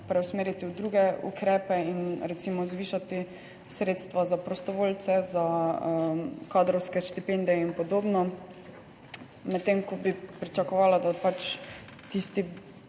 preusmeriti v druge ukrepe in recimo zvišati sredstva za prostovoljce, za kadrovske štipendije in podobno. Medtem ko bi pričakovala, da pač tisti,